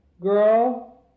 girl